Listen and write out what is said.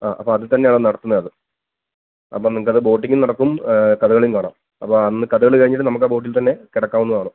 ആ അപ്പോൾ അതിൽത്തന്നെ ആണ് നടത്തുന്നത് അത് അപ്പോൾ നമുക്ക് അത് ബോട്ടിങ്ങും നടക്കും കഥകളിയും കാണാം അപ്പോൾ അന്ന് കഥകളി കഴിഞ്ഞ് നമുക്ക് ആ ബോട്ടില് തന്നെ കിടക്കാവുന്നതാണ്